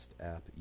app